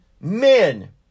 men